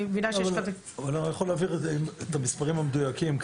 אני יכול להעביר את המספרים המדויקים.